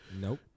nope